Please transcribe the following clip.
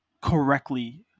correctly